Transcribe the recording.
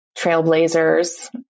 trailblazers